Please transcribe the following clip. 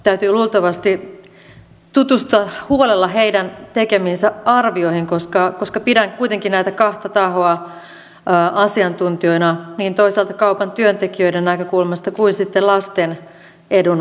täytyy luultavasti tutustua huolella heidän tekemiinsä arvioihin koska pidän kuitenkin näitä kahta tahoa asiantuntijoina toisaalta niin kaupan työntekijöiden näkökulmasta kuin sitten lasten edun näkökulmasta